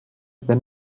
than